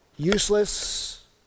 Useless